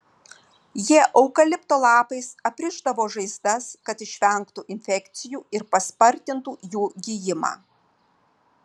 jie eukalipto lapais aprišdavo žaizdas kad išvengtų infekcijų ir paspartintų jų gijimą